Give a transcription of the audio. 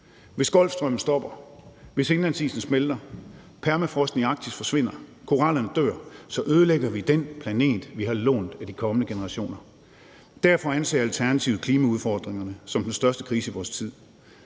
Hvis Golfstrømmen stopper, hvis indlandsisen smelter og permafrosten i Arktis forsvinder og korallerne dør, så ødelægger vi den planet, vi har lånt af de kommende generationer. Derfor anser Alternativet klimaudfordringerne som den største krise i vores tid.